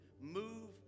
move